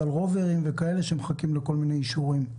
רוברים וכאלה, שמחכים לכל מיני אישורים.